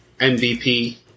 MVP